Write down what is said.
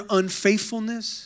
unfaithfulness